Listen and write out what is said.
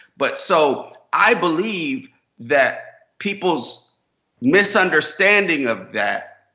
but so i believe that people's misunderstanding of that,